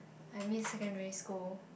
I miss secondary school